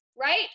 Right